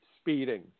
speeding